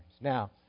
now